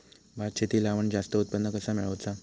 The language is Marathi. भात शेती लावण जास्त उत्पन्न कसा मेळवचा?